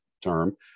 term